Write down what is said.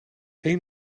een